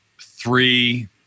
three